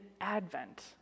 Advent